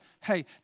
hey